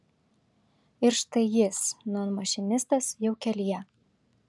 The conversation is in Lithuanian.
ir štai jis nūn mašinistas jau kelyje